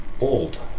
old